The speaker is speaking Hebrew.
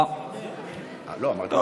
טוב,